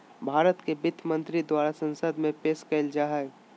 भारत के वित्त मंत्री द्वारा संसद में पेश कइल जा हइ